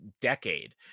decade